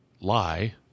lie